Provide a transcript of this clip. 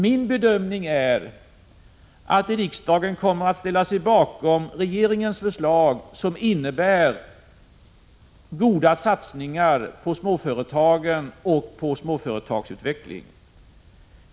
Min bedömning är mot denna bakgrund att riksdagen kommer att ställa sig bakom regeringens förslag, som innebär stora satsningar på småföretagen och på småföretagsutveckling.